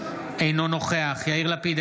אינו נוכח יאיר לפיד,